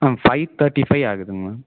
ma'am five thirty five ஆகுது ma'am